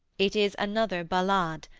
it is another ballade,